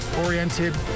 oriented